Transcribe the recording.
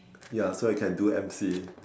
ya so I can do M_C